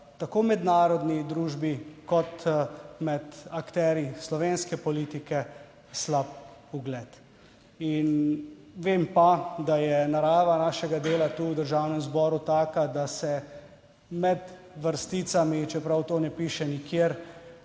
tako mednarodni družbi kot med akterji slovenske politike slab ugled in vem pa, da je narava našega dela tu v Državnem zboru taka, da se med vrsticami, čeprav to ne piše nikjer,